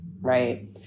Right